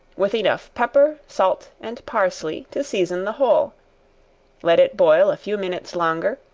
with enough pepper, salt and parsley, to season the whole let it boil a few minutes longer,